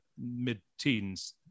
mid-teens